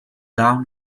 down